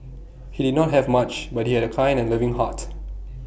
he did not have much but he had A kind and loving heart